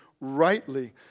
rightly